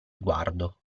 sguardo